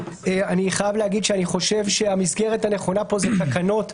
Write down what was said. אני חייב להגיד שאני חושב שהמסגרת הנכונה פה זה תקנות,